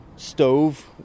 Stove